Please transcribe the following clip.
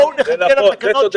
בואו נחכה לתקנות,